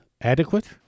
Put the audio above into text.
adequate